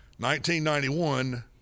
1991